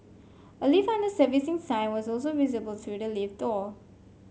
a lift under servicing sign was also visible through the lift door